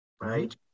right